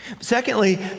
Secondly